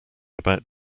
about